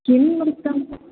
किं वृत्तम्